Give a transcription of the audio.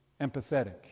empathetic